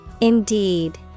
Indeed